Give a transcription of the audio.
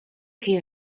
few